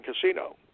casino